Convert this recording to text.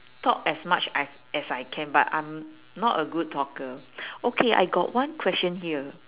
talk as much I as I can but I'm not a good talker okay I got one question here